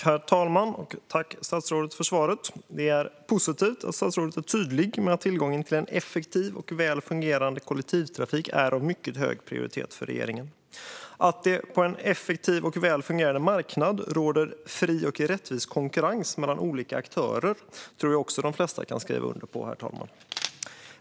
Herr talman! Jag tackar statsrådet för svaret. Det är positivt att statsrådet är tydlig med att tillgången till en effektiv och väl fungerande kollektivtrafik är av mycket hög prioritet för regeringen. Att det på en effektiv och väl fungerande marknad råder fri och rättvis konkurrens mellan olika aktörer tror jag också att de flesta kan skriva under på, herr talman.